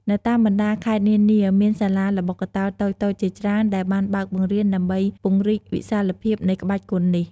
នៅតាមបណ្ដាខេត្តនានា មានសាលាល្បុក្កតោតូចៗជាច្រើនដែលបានបើកបង្រៀនដើម្បីពង្រីកវិសាលភាពនៃក្បាច់គុននេះ។